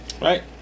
right